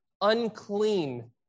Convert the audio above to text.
unclean